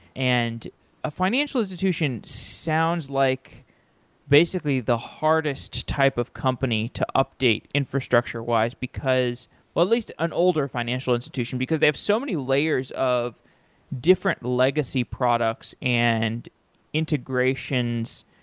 and a financial institution sounds like basically the hardest type of company to update infrastructure-wise, because or at least an older financial institution because they have so many layers of different legacy products and integrations.